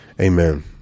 Amen